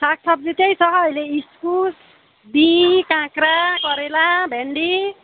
सागसब्जी त्यही छ अहिले इस्कुस बीँ काक्रा करेला भिन्डी